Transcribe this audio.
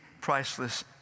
priceless